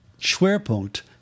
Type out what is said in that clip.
Schwerpunkt